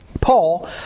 Paul